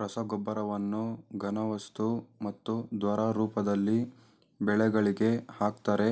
ರಸಗೊಬ್ಬರವನ್ನು ಘನವಸ್ತು ಮತ್ತು ದ್ರವ ರೂಪದಲ್ಲಿ ಬೆಳೆಗಳಿಗೆ ಹಾಕ್ತರೆ